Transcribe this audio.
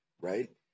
right